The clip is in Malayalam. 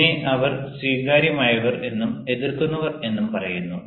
ഇതിനെ അവർ സ്വീകാര്യമായവർ എന്നും എതിർക്കുന്നവർ എന്നും പറയുന്നു